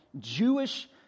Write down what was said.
Jewish